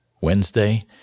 Wednesday